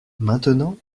maintenant